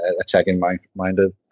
attacking-minded